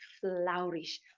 flourish